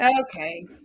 Okay